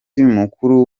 mukuru